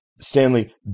Stanley